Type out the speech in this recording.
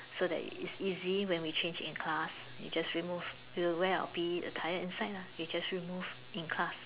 so that it's easy when we change in class you just remove we'll wear out P_E attire inside lah you just remove in class